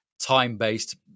time-based